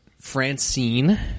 Francine